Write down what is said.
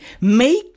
Make